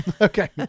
Okay